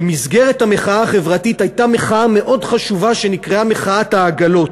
במסגרת המחאה החברתית הייתה מחאה מאוד חשובה שנקראה "מחאת העגלות",